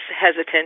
hesitant